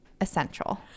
essential